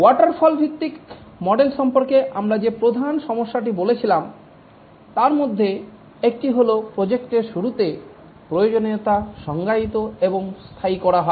waterfall ভিত্তিক model সম্পর্কে আমরা যে প্রধান সমস্যাটি বলেছিলাম তার মধ্যে একটি হল প্রজেক্টের শুরুতে প্রয়োজনীয়তা সংজ্ঞায়িত এবং স্থায়ী করা হয়